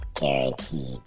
guaranteed